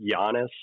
Giannis